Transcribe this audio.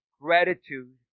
gratitude